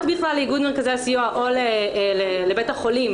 בכלל לאיגוד מרכזי הסיוע או לבית החולים,